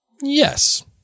Yes